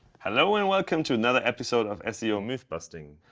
hello and welcome to another episode of seo mythbusting.